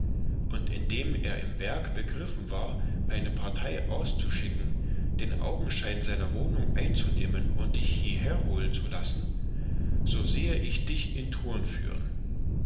und indem er im werk begriffen war eine partei auszuschicken den augenschein seiner wohnung einzunehmen und dich hieher holen zu lassen so sehe ich dich in turn führen